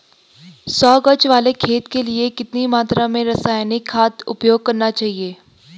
सौ गज वाले खेत के लिए कितनी मात्रा में रासायनिक खाद उपयोग करना चाहिए?